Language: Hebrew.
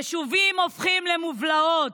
יישובים הופכים למובלעות,